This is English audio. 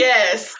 Yes